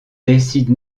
décide